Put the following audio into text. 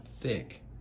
thick